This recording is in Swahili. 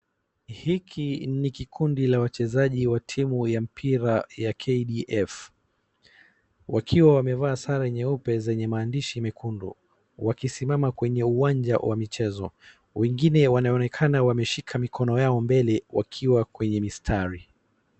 Hiki ni kikundi la wachezaji wa timu ya mpira ya KDF wakiwa wamevaa sare nyeupe zenye maandishi mekundu, wakisimama kwenye uwanja wa michezo. Wengine wanaonekana wameshika mikono yao mbele wakiwa kwenye mistari.